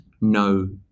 no